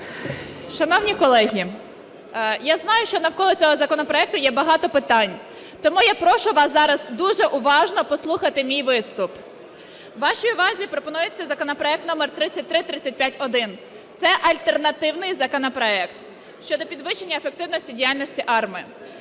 Шановні колеги, я знаю, що навколо цього законопроекту є багато питань. Тому я прошу вас зараз дуже уважно послухати мій виступ. Вашій увазі пропонується законопроект номер 3335-1, це альтернативний законопроект, щодо підвищення ефективності діяльності АРМА.